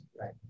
right